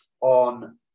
on